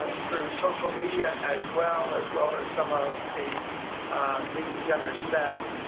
through social media as well, as well as some of the lead center staff.